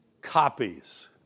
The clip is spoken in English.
copies